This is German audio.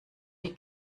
die